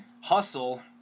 Hustle